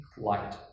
light